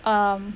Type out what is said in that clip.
um